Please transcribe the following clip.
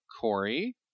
Corey